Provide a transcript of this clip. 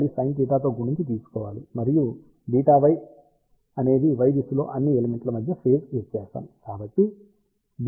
ఆపై మళ్ళీ sinθ తో గుణించి తీసుకోవాలి మరియు βy అనేది y దిశ లోని అన్ని ఎలిమెంట్ల మధ్య ఫేజ్ వ్యత్యాసం